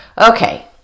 Okay